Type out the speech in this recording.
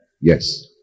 Yes